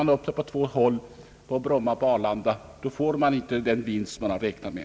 En uppsplittring på Bromma och Arlanda innebär att man inte får den vinst man har räknat med.